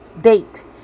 date